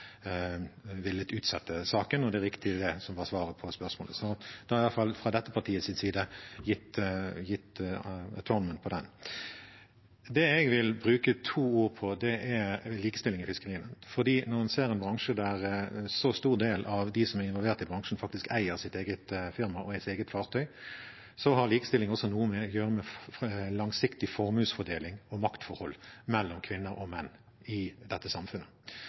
villet utsette saken, og det er riktig at det var det som var svaret på spørsmålet. Så da har jeg i hvert fall fra dette partiets side fått rettet opp det. Det jeg vil bruke to ord på, er likestilling i fiskeriene. Når en ser en bransje der en så stor del av dem som er involvert i bransjen, faktisk eier sitt eget firma og eget fartøy, har likestilling også noe å gjøre med langsiktig formuesfordeling og maktforhold mellom kvinner og menn i dette samfunnet.